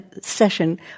session